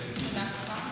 שום מתווה, תודה רבה.